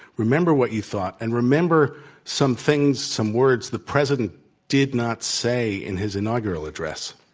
remember what you thought and remember some things, some words the president did not say in his inaugural address.